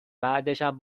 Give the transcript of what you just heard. بعدشم